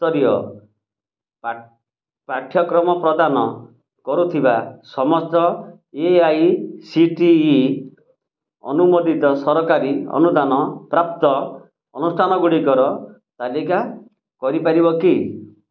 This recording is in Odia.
ସ୍ତରୀୟ ପାଠ୍ୟକ୍ରମ ପ୍ରଦାନ କରୁଥିବା ସମସ୍ତ A I C T E ଅନୁମୋଦିତ ସରକାରୀ ଅନୁଦାନ ପ୍ରାପ୍ତ ଅନୁଷ୍ଠାନଗୁଡ଼ିକର ତାଲିକା କରିପାରିବ କି